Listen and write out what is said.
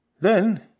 Then